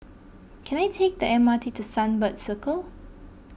can I take the M R T to Sunbird Circle